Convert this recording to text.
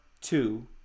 two